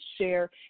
share